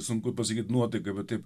sunku pasakyt nuotaiką bet taip